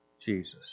Jesus